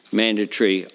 mandatory